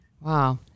wow